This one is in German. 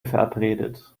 verabredet